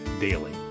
Daily